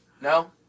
No